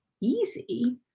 easy